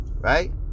Right